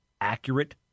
accurate